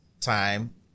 time